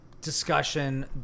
discussion